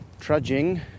trudging